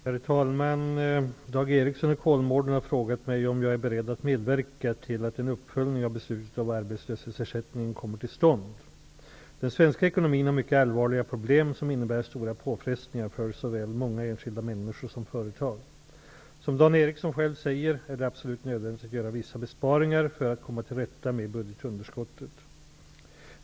Herr talman! Dan Ericsson i Kolmården har frågat mig om jag är beredd att medverka till att en uppföljning av beslutet om arbetslöshetsersättningen kommer till stånd. Den svenska ekonomin har mycket allvarliga problem som innebär stora påfrestningar för såväl många enskilda människor som företag. Som Dan Ericsson själv säger är det absolut nödvändigt att göra vissa besparingar för att komma till rätta med budgetunderskottet.